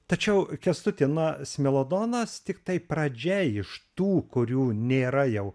tačiau kęstuti smelodona pradžia iš tų kurių nėra jau